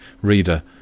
Reader